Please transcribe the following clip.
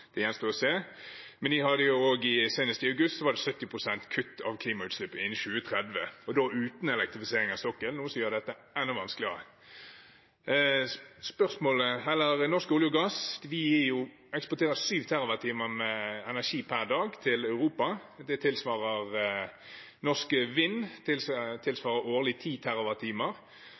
det gjenstår å se, men senest i august sto de for 70 pst. kutt av klimautslippene innen 2030, og da uten elektrifisering av sokkelen, noe som gjør dette enda vanskeligere. Norsk olje og gass eksporterer 7 TWh energi per dag til Europa; tilsvarende for Norsk Vind er 10 TWh årlig.